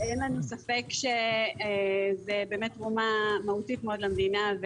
זה באמת תרומה מהותית מאוד למדינה.